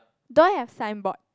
don't have signboard